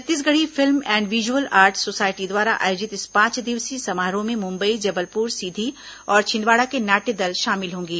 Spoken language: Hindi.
Chhattisgarhi film and visual art society द्वारा आयोजित इस पांच दिवसीय समारोह में मुंबई जबलपुर सीधी और छिंदवाड़ा के नाट्य दल शामिल होंगे